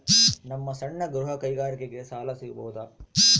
ನಮ್ಮ ಸಣ್ಣ ಗೃಹ ಕೈಗಾರಿಕೆಗೆ ಸಾಲ ಸಿಗಬಹುದಾ?